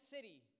City